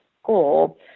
school